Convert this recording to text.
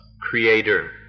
creator